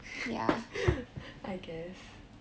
I guess